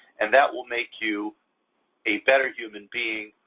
and that will make you a better human being,